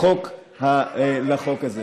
לחוק הזה.